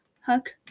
Hook